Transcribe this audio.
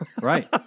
Right